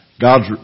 God's